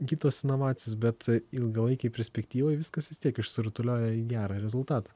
kitos inovacijos bet ilgalaikėj perspektyvoj viskas vis tiek išsirutulioja į gerą rezultatą